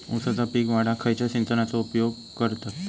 ऊसाचा पीक वाढाक खयच्या सिंचनाचो उपयोग करतत?